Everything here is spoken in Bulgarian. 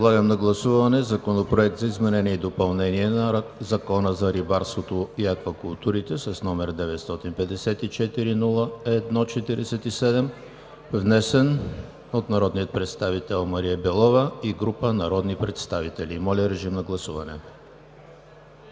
Подлагам на гласуване Законопроект за изменение и допълнение на Закона за рибарството и аквакултурите, № 954-01-47, внесен от народния представител Мария Белова и група народни представители. Гласували